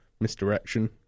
misdirection